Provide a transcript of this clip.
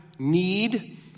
Need